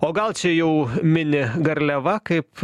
o gal čia jau mini garliava kaip